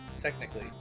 technically